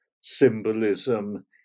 symbolism